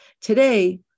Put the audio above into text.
today